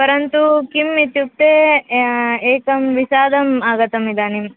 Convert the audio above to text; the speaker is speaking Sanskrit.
परन्तु किम् इत्युक्ते एकं विचारम् आगतम् इदानीम्